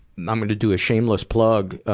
and i'm gonna do a shameless plug, ah,